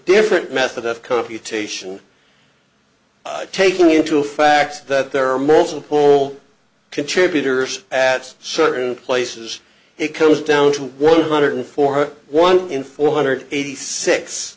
different method of computation taking into fact that there are multiple contributors at certain places it comes down to one hundred four one in four hundred eighty six